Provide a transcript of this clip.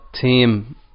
team